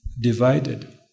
divided